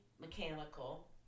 mechanical